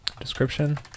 description